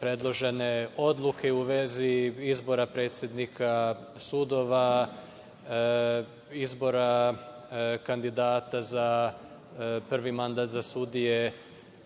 predložene odluke u vezi izbora predsednika sudova, izbora kandidata za prvi mandat za sudije